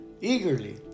eagerly